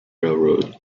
railroad